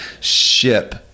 ship